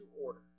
order